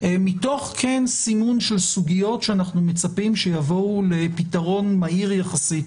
כן מתוך סימון של סוגיות שאנחנו מצפים שיבואו לפתרון מהיר יחסית